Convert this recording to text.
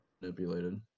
manipulated